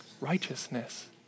righteousness